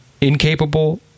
incapable